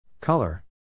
Color